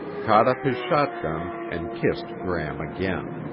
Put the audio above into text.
caught up his shotgun and kissed gram again.